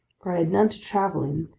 for i had none to travel in,